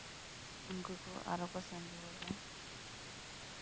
ᱩᱱᱠᱩ ᱠᱚ ᱟᱨᱠᱚ ᱥᱮᱱ ᱨᱩᱣᱟᱹᱲᱚᱜᱼᱟ